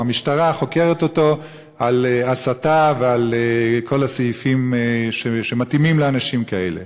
או המשטרה חוקרת אותו על הסתה ועל כל הסעיפים שמתאימים לאנשים כאלה.